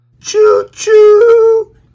Choo-choo